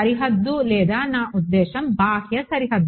సరిహద్దు లేదు నా ఉద్దేశ్యం బాహ్య సరిహద్దు